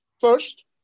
first